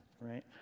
right